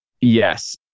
Yes